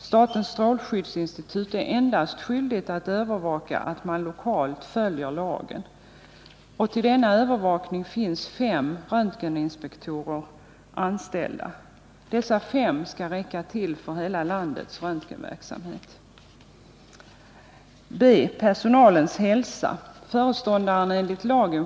Statens strålskyddsinstitut är endast skyldigt att övervaka att man lokalt följer lagen. Till denna övervakning finns fem röntgeninspektörer anställda. Dessa fem skall räcka till för hela landets röntgenverksamhet.